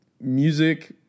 music